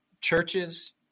churches